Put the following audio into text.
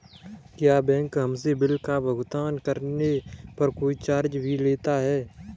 क्या बैंक हमसे बिल का भुगतान करने पर कोई चार्ज भी लेता है?